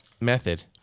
method